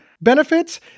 benefits